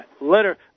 letter